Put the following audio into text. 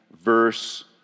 verse